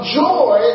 joy